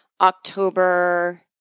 October